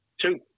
two